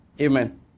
Amen